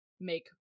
make